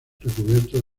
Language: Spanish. recubiertos